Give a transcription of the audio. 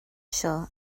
seo